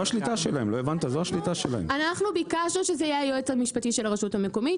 אנחנו ביקשנו שזה יהיה היועץ המשפטי של הרשות המקומית,